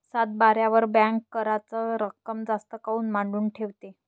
सातबाऱ्यावर बँक कराच रक्कम जास्त काऊन मांडून ठेवते?